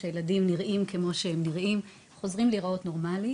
זה השלב בו הילדים חוזרים להיראות נורמלי,